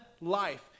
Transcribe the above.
life